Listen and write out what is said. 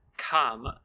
Come